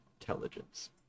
Intelligence